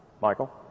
Michael